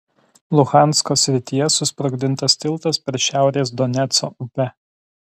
luhansko srityje susprogdintas tiltas per šiaurės doneco upę